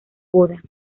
boda